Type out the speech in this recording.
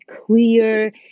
clear